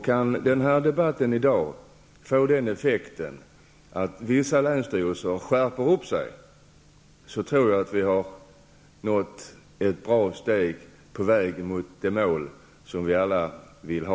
Kan dagens debatt få den effekten att vissa länsstyrelser skärper upp sig, tror jag att vi har nått ett bra steg på vägen mot det mål som vi alla vill nå.